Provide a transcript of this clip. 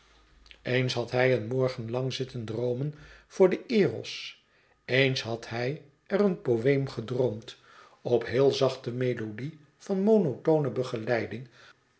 eens had hij een morgen lang zitten droomen voor den eros eens had hij er een poëem gedroomd op heele zachte melodie van monotone begeleiding